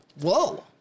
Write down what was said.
Whoa